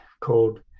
called